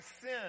sin